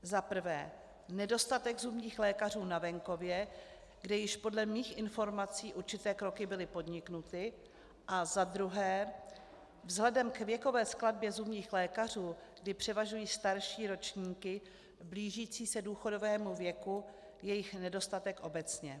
Za prvé nedostatek zubních lékařů na venkově, kde již podle mých informací určité kroky byly podniknuty, a za druhé vzhledem k věkové skladbě zubních lékařů, kdy převažují starší ročníky blížící se důchodovému věku, jejich nedostatek obecně.